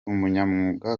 umunyamwuga